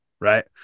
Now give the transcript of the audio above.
right